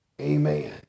Amen